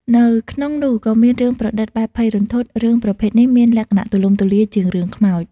នៅក្នុងនោះក៏មានរឿងប្រឌិតបែបភ័យរន្ធត់ រឿងប្រភេទនេះមានលក្ខណៈទូលំទូលាយជាងរឿងខ្មោច។